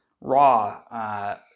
raw